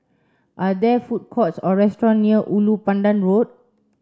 are there food courts or restaurant near Ulu Pandan Road